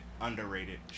Underrated